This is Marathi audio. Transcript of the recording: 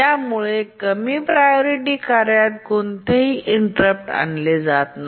यामुळे कमी प्रायोरिटी कार्यात कोणतेही इंटेररप्ट आणले जात नाही